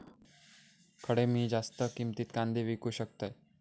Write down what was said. खडे मी जास्त किमतीत कांदे विकू शकतय?